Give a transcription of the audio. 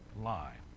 lie